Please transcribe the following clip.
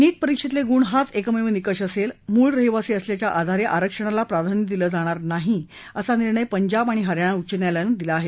नीट परीक्षेतले गुण हाच एकमेव निकष असेल मूळ रहिवासी असल्याच्या आधारे आरक्षणाला प्राधान्य दिलं जाणार नाही असा निर्णय पंजाब आणि हरयाणा उच्च न्यायालयानं दिला आहे